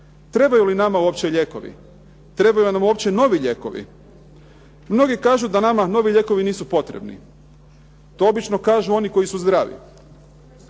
Trebaju li nama uopće lijekovi? Trebaju li nam novi lijekovi? Mnogi kažu da nama novi lijekovi nisu potrebni. To obično kažu oni koji su zdravi.